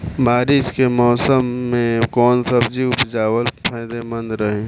बारिश के मौषम मे कौन सब्जी उपजावल फायदेमंद रही?